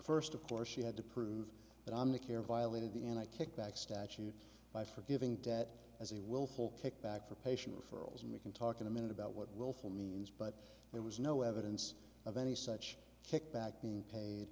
first of course she had to prove that i'm a care violated the and i kick back statute by forgiving debt as a willful kickback for patient referrals and we can talk in a minute about what willful means but there was no evidence of any such kickback being paid